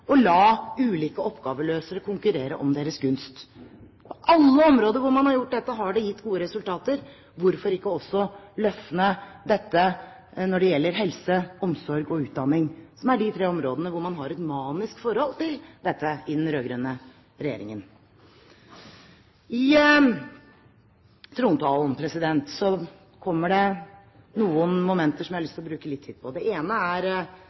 og la ulike oppgaveløsere konkurrere om deres gunst. På alle områder hvor man har gjort dette, har det gitt gode resultater. Hvorfor ikke også løsne dette når det gjelder helse, omsorg og utdanning, som er de tre områdene hvor man har et manisk forhold til dette i den rød-grønne regjeringen. I trontalen kommer det noen momenter som jeg har lyst til å bruke litt tid på. Det ene er